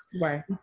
right